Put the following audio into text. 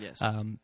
Yes